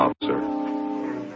officer